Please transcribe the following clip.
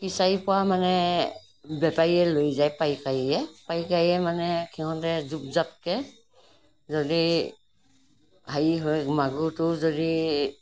fishery পোৱা মানে বেপাৰীয়ে লৈ যায় পাইকাৰীয়ে পাইকাৰীয়ে মানে সিহঁতে জুপ জাপকৈ যদি হেৰি হৈ মাগুৰটো যদি